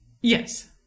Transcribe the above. Yes